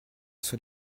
sur